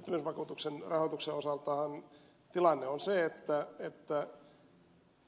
mutta työttömyysvakuutuksen rahoituksen osaltahan tilanne on se että